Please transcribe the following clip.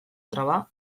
traba